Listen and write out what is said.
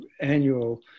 annual